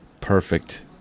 Perfect